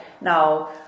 Now